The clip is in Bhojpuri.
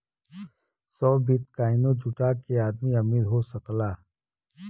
सौ बिट्काइनो जुटा के आदमी अमीर हो सकला